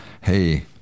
Hey